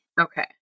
Okay